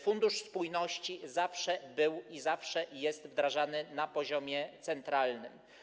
Fundusz spójności zawsze był i zawsze jest wdrażany na poziomie centralnym.